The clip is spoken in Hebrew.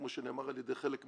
כמו שנאמר על ידי חלק מהאנשים,